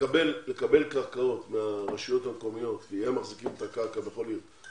לקבל קרקעות מהרשויות המקומיות כי הם מחזיקים את הקרקע המחוזית,